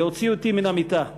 להוציא אותי מהמיטה.